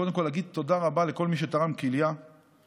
קודם כול להגיד תודה רבה לכל מי שתרם כליה בחייו,